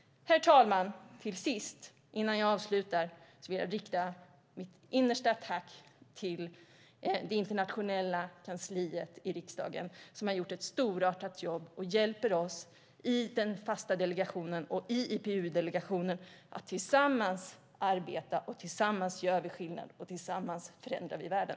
Herr talman! Innan jag avslutar vill jag rikta mitt innersta tack till internationella kansliet i riksdagen som har gjort ett storartat jobb och hjälper oss i den fasta delegationen och i IPU-delegationen att arbeta tillsammans. Tillsammans gör vi skillnad, och tillsammans förändrar vi världen.